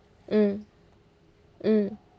mm mm